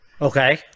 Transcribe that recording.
Okay